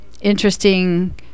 interesting